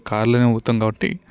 కార్లోనే పోతాం కాబట్టి